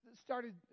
started